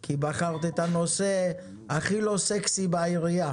כי בחרת את הנושא הכי לא סקסי בעירייה